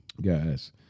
Guys